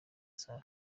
sifa